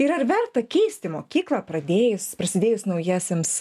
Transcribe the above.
ir ar verta keisti mokyklą pradėjus prasidėjus naujiesiems